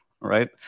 right